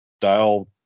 dial